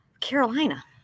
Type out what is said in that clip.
Carolina